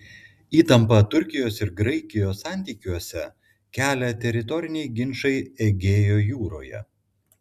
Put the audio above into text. įtampą turkijos ir graikijos santykiuose kelia teritoriniai ginčai egėjo jūroje